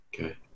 Okay